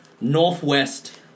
northwest